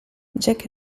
jack